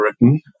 written